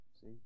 See